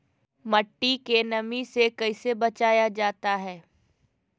मट्टी के नमी से कैसे बचाया जाता हैं?